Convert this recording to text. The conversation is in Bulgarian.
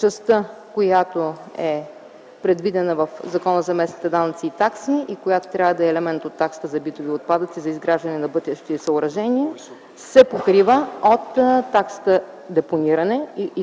Частта, която е предвидена в Закона за местните данъци и такси и която трябва да е елемент от таксата за битови отпадъци за изграждане на бъдещи съоръжения, се покрива